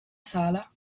sala